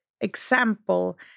example